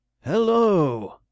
Hello